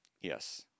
Yes